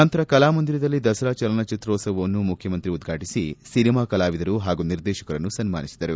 ನಂತರ ಕಲಾಮಂದಿರದಲ್ಲಿ ದಸರಾ ಚಲನಚಿತ್ರೋತ್ಸವವನ್ನು ಮುಖ್ಯಮಂತ್ರಿ ಉದ್ಘಾಟಿಸಿ ಸಿನಿಮಾ ಕಲಾವಿದರು ಹಾಗೂ ನಿರ್ದೇಶಕರನ್ನು ಸನ್ನಾನಿಸಿದರು